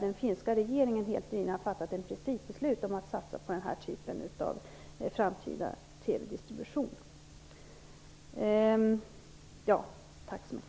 Den finska regeringen har helt nyligen fattat ett principbeslut om att satsa på den här typen av framtida TV Tack så mycket!